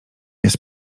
jest